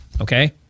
okay